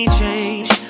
change